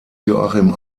joachim